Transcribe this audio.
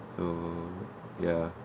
so ya